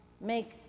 make